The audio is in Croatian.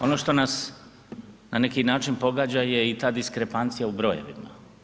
Ono što nas na neki način pogađa je i ta diskrepancija u brojevima.